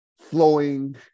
flowing